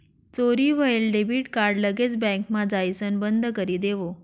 चोरी व्हयेल debit card लगेच बँकमा जाइसण बंदकरी देवो